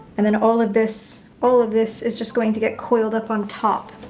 and then all of this, all of this is just going to get coiled up on top,